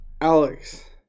Alex